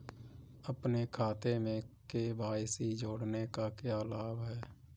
अपने खाते में के.वाई.सी जोड़ने का क्या लाभ है?